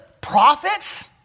Prophets